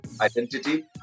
identity